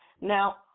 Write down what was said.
Now